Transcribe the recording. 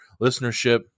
listenership